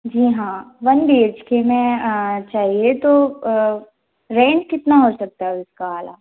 जी हाँ one B H K में चाहिए तो रेंट कितना हो सकता है इसका